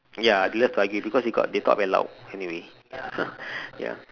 ya they like to argue because they got they talk very loud anyway hmm ya